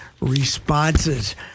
responses